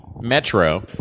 Metro